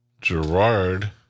Gerard